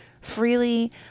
freely